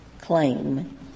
claim